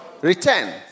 Return